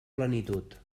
plenitud